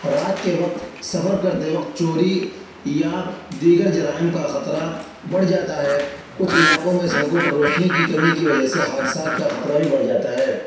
رات کے وقت سفر کرتے وقت چوری یا دیگر جرائم کا خطرہ بڑھ جاتا ہے کچھ علاقوں میں سڑکوں پر روشنی کی کمی وجہ سے حادثات کا خطرہ بھی بڑھ جاتا ہے